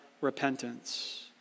repentance